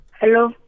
Hello